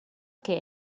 que